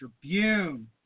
Tribune